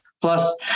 Plus